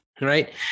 Right